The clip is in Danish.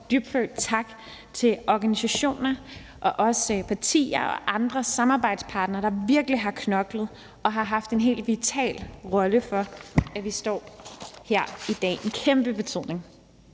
dybtfølt tak til organisationer og også til partier og andre samarbejdspartnere, der virkelig har knoklet og har haft en helt vital rolle, i forhold til at vi står her i dag – det har en kæmpe betydning.